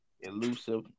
elusive